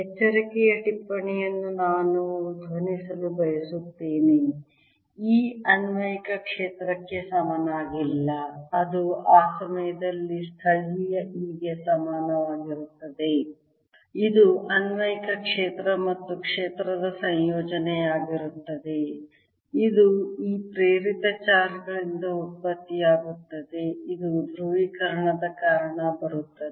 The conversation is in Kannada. ಎಚ್ಚರಿಕೆಯ ಟಿಪ್ಪಣಿಯನ್ನು ನಾನು ಧ್ವನಿಸಲು ಬಯಸುತ್ತೇನೆ E ಅನ್ವಯಿಕ ಕ್ಷೇತ್ರಕ್ಕೆ ಸಮನಾಗಿಲ್ಲ ಅದು ಆ ಸಮಯದಲ್ಲಿ ಸ್ಥಳೀಯ E ಗೆ ಸಮಾನವಾಗಿರುತ್ತದೆ ಇದು ಅನ್ವಯಿಕ ಕ್ಷೇತ್ರ ಮತ್ತು ಕ್ಷೇತ್ರದ ಸಂಯೋಜನೆಯಾಗಿರುತ್ತದೆ ಇದು ಈ ಪ್ರೇರಿತ ಚಾರ್ಜ್ ಗಳಿಂದ ಉತ್ಪತ್ತಿಯಾಗುತ್ತದೆ ಇದು ಧ್ರುವೀಕರಣದ ಕಾರಣ ಬರುತ್ತದೆ